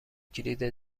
کلید